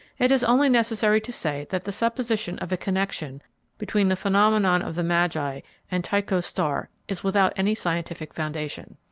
it is only necessary to say that the supposition of a connection between the phenomenon of the magi and tycho's star is without any scientific foundation.